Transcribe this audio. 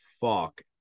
fuck